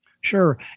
Sure